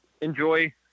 enjoy